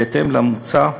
בהתאם למוצע,